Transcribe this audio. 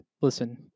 listen